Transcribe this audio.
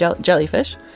jellyfish